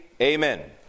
amen